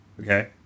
okay